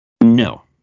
No